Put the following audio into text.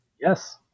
Yes